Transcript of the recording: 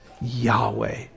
Yahweh